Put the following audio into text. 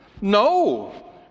No